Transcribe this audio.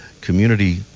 Community